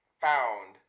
found